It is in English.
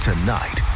Tonight